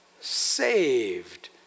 saved